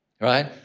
right